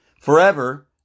forever